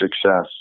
success